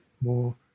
more